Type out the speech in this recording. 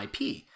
IP